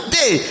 day